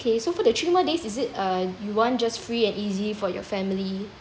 okay so for the three more days is it uh you want just free and easy for your family